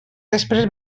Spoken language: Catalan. després